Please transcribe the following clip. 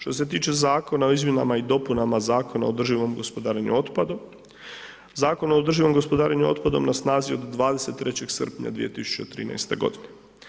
Što se tiče Zakona o izmjenama i dopunama Zakona o održivom gospodarenju otpadom, Zakon o održivom gospodarenju otpadom na snazi je od 23. srpnja 2013. godine.